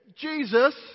Jesus